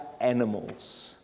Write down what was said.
animals